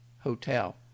hotel